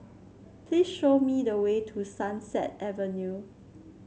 please show me the way to Sunset Avenue